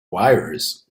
wires